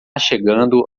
chegando